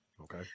Okay